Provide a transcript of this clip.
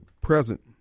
present